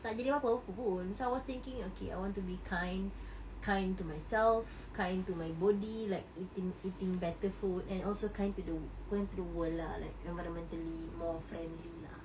tak jadi apa-apa pun so I was thinking okay I want to be kind kind to myself kind to my body like eating eating better food and also kind to the wo~ kind to the world lah like environmentally more friendly lah